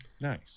nice